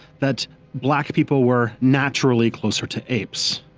that black people were naturally closer to apes,